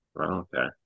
okay